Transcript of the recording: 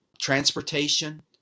transportation